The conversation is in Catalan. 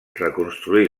reconstruir